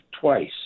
twice